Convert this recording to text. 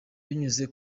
binyuze